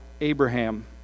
Abraham